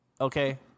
Okay